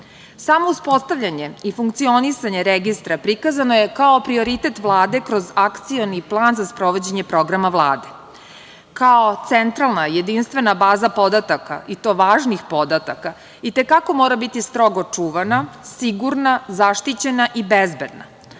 uspostavljanje i funkcionisanje registra prikazano je kao prioritet Vlade kroz akcioni plan za sprovođenje programa Vlade. Kao centralna jedinstvena baza podataka, i to važnih podatka, i te kako mora biti strogo čuvana, sigurna, zaštićena i bezbedna.